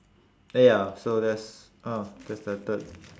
ya so that's uh that's the third